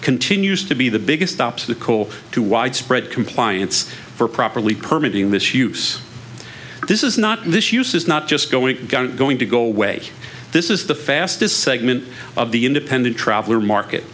continues to be the biggest obstacle to widespread compliance for properly permit in this use this is not this use is not just going going to go away this is the fastest segment of the independent traveler market